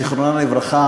זכרה לברכה,